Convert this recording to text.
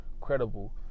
credible